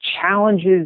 challenges